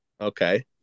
Okay